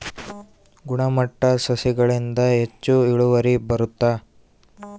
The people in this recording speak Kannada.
ಗುಣಮಟ್ಟ ಸಸಿಗಳಿಂದ ಹೆಚ್ಚು ಇಳುವರಿ ಬರುತ್ತಾ?